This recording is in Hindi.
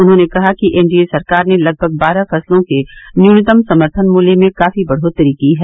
उन्होंने कहा कि एन डी ए सरकार ने लगभग बारह फसलों के न्यूनतम समर्थन मूल्य में काफी बढ़ोतरी की है